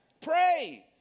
Pray